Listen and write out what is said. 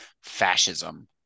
fascism